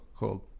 called